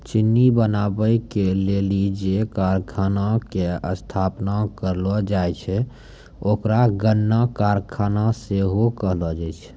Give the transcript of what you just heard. चिन्नी बनाबै के लेली जे कारखाना के स्थापना करलो जाय छै ओकरा गन्ना कारखाना सेहो कहलो जाय छै